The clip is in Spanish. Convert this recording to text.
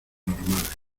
normales